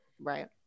Right